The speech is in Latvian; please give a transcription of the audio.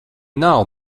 nav